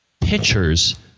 pictures